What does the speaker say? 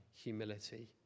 humility